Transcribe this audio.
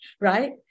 Right